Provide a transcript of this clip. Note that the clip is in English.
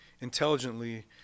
intelligently